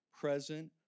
present